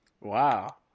wow